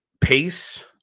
pace